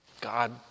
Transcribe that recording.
God